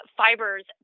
fibers